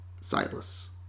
Silas